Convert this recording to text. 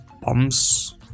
bombs